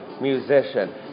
musician